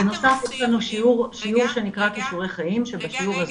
בנוסף יש שיעור שנקרא כישורי חיים שבשיעור הזה